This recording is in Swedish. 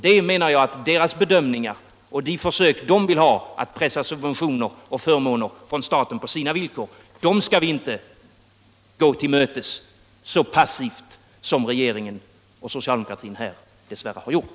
Deras bedömningar och deras försök att pressa ut subventioner och förmåner från staten på sina villkor skall riksdagen inte gå till mötes så passivt som regeringen och socialdemokratin här dess värre har gjort.